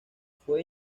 fue